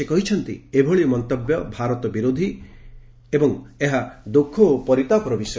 ସେ କହିଛନ୍ତି ଏଭଳି ମନ୍ତବ୍ୟ ଭାରତ ବିରୋଧୀ ଏହା ଦୁଃଖ ଓ ପରିତାପର ବିଷୟ